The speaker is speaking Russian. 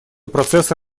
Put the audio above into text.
процесса